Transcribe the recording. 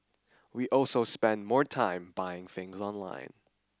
we also spend more time buying things online